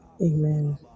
Amen